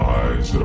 eyes